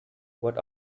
what